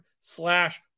slash